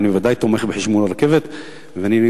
אני בוודאי תומך בחשמול הרכבת והתנגדתי